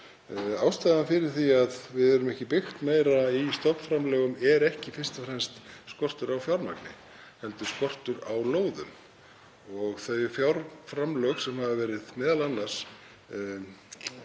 Ástæðan fyrir því að við höfum ekki byggt meira í stofnframlögum er ekki fyrst og fremst skortur á fjármagni heldur skortur á lóðum. Þeim fjárframlögum sem hafa verið send